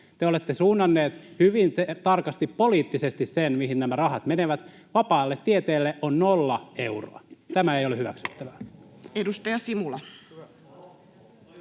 Te olette suunnanneet hyvin tarkasti poliittisesti sen, mihin nämä rahat menevät. Vapaalle tieteelle on nolla euroa. Tämä ei ole hyväksyttävää. [Ben